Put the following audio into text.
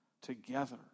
together